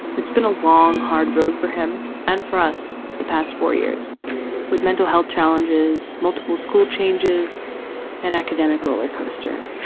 it's been a long, hard road for him and for us the past four years with mental health challenges, multiple school changes and academic roller coaster.